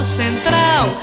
central